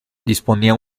disponía